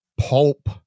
pulp